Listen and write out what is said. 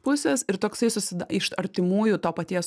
pusės ir toksai susideda iš artimųjų to paties